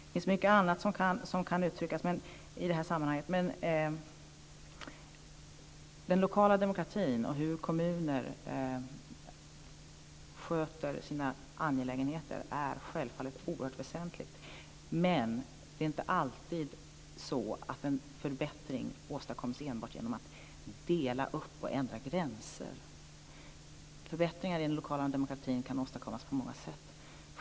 Det finns mycket annat som kan uttryckas i det här sammanhanget, men den lokala demokratin och hur kommuner sköter sina angelägenheter är självfallet oerhört väsentliga frågor. Men en förbättring åstadkoms inte alltid enbart genom att man delar upp och ändrar gränser. Förbättringar i den lokala demokratin kan åstadkommas på många sätt.